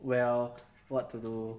well what to do